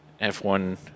F1